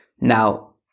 Now